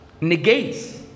negates